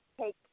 take